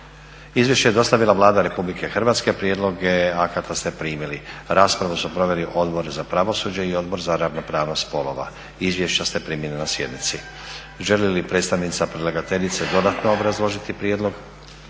Izvješće je dostavila Vlada RH. Prijedloge akata ste primili. Raspravu su proveli Odbor za pravosuđe i Odbor za ravnopravnost spolova. Izvješća ste primili na sjednici. Želi li predstavnica predlagateljice dodatno obrazložiti prijedlog?